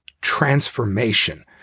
transformation